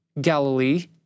Galilee